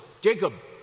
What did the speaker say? Jacob